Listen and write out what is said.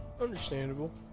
Understandable